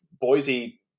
Boise